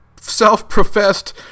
self-professed